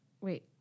Wait